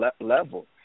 level